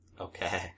Okay